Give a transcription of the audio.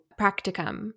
practicum